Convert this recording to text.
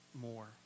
more